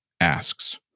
asks